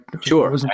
Sure